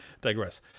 digress